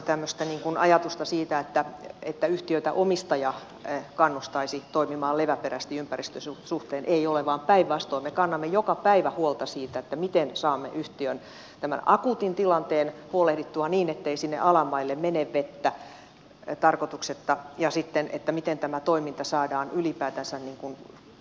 minkäänlaista tämmöistä ajatusta siitä että yhtiö tai omistaja kannustaisi toimimaan leväperäisesti ympäristön suhteen ei ole vaan päinvastoin me kannamme joka päivä huolta siitä miten saamme yhtiön tämän akuutin tilanteen huolehdittua niin ettei sinne alamaille mene vettä tarkoituksetta ja sitten siitä miten tämä toiminta saadaan ylipäätänsä pysyvästi kuntoon